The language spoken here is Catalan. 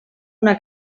una